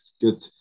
good